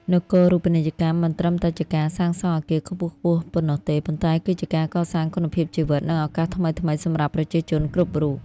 នគរូបនីយកម្មមិនត្រឹមតែជាការសាងសង់អគារខ្ពស់ៗប៉ុណ្ណោះទេ ប៉ុន្តែគឺជាការកសាងគុណភាពជីវិត និងឱកាសថ្មីៗសម្រាប់ប្រជាជនគ្រប់រូប។